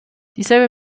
dieselbe